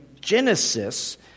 Genesis